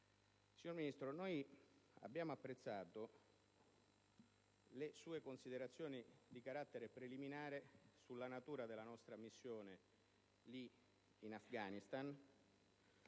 Signor Ministro, abbiamo apprezzato le sue considerazioni di carattere preliminare sulla natura della nostra missione in Afghanistan,